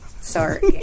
Sorry